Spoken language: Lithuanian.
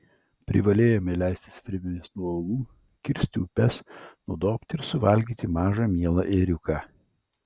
privalėjome leistis virvėmis nuo uolų kirsti upes nudobti ir suvalgyti mažą mielą ėriuką